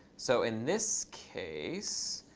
so in this case,